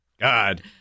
god